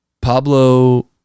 pablo